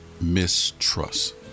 mistrust